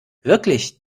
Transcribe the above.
wirklich